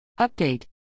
Update